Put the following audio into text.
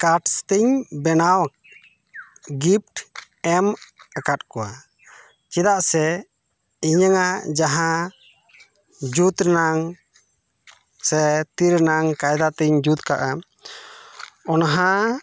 cuts ᱛᱤᱧ ᱵᱮᱱᱟᱣ gift ᱮᱢ ᱟᱠᱟᱫ ᱠᱚᱣᱟ ᱪᱮᱫᱟᱜ ᱥᱮ ᱤᱧᱟᱝ ᱟᱜ ᱡᱟᱦᱟᱸ ᱡᱩᱛ ᱨᱮᱱᱟᱝ ᱥᱮ ᱛᱤ ᱨᱮᱱᱟᱝ ᱠᱟᱭᱫᱟ ᱛᱤᱧ ᱡᱩᱫ ᱟᱠᱟᱜᱼᱟ ᱚᱱᱟ